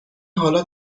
حالا